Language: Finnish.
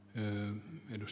arvoisa puhemies